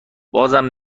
بازم